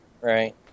Right